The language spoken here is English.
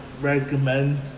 recommend